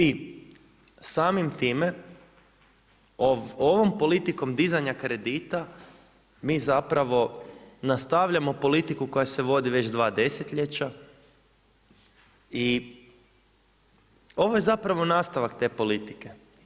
I samim time ovom politikom dizanja kredita mi zapravo nastavljamo politiku koja se vodi već dva desetljeća i ovo je zapravo nastavak te politike.